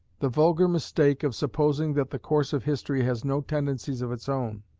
the vulgar mistake of supposing that the course of history has no tendencies of its own,